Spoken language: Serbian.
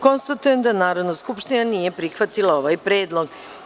Konstatujem da Narodna skupština nije prihvatila ovaj predlog.